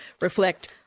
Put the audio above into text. reflect